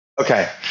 Okay